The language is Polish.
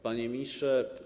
Panie Ministrze!